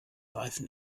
reifen